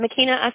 Makina